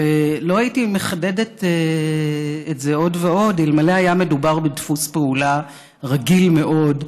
לא הייתי מחדדת את זה עוד ועוד אלמלא היה מדובר בדפוס פעולה רגיל מאוד,